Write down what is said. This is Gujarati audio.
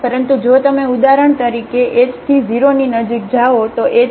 પરંતુ જો તમે ઉદાહરણ તરીકે ઉદાહરણ તરીકે h થી 0 ની નજીક જાઓ તો h 0